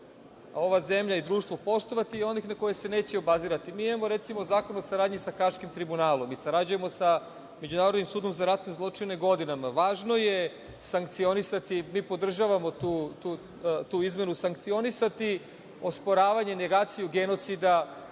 ova zemlja i društvo poštovati i onih na koje se neće obazirati. Mi imamo, recimo, Zakon o saradnji sa Haškim tribunalom i sarađujemo sa Međunarodnim sudom za ratne zločine godinama. Važno je sankcionisati, mi podržavamo tu izmenu, sankcionisati osporavanje, negaciju genocida,